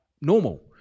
normal